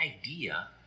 idea